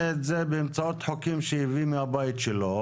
את זה באמצעות חוקים שהוא הביא מהבית שלו,